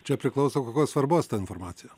čia priklauso kokios svarbos ta informacija